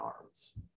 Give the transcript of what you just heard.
arms